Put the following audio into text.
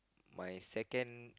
my second